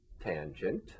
tangent